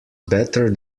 better